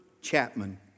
Chapman